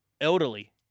elderly